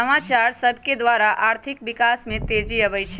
नवाचार सभकेद्वारा आर्थिक विकास में तेजी आबइ छै